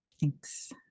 Thanks